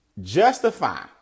Justify